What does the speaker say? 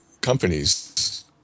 companies